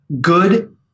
good